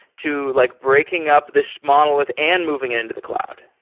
to like breaking up this monolith and moving it into the cloud?